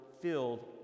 filled